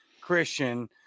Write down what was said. Christian